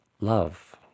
love